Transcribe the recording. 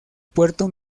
puerto